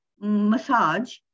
massage